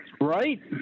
Right